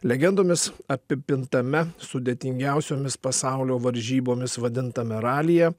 legendomis apipintame sudėtingiausiomis pasaulio varžybomis vadintame ralyje